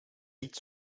niet